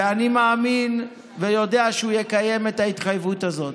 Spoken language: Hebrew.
ואני מאמין ויודע שהוא יקיים את ההתחייבות הזו.